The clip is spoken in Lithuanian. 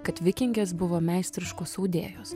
kad vikingės buvo meistriškos audėjos